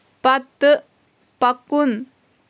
پتہٕ پکُن